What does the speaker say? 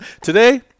Today